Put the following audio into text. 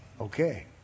okay